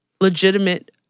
legitimate